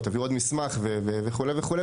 תביאו עוד מסמך וכו' וכו',